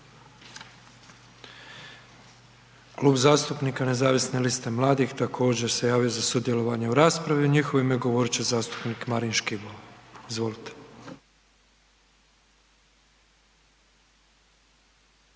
Klub zastupnika Nezavisne liste mladih također se javio za sudjelovanje u raspravi i u njihovo ime govorit će zastupnik Marin Škibola. Izvolite.